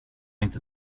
inte